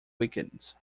weekends